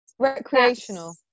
recreational